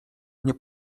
nie